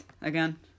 again